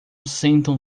sentam